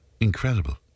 incredible